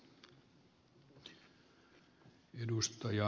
arvoisa puhemies